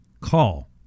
call